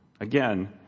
Again